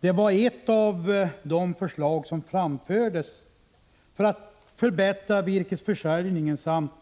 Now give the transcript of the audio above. Det var ett av de förslag som framfördes för att förbättra virkesförsörjningen samt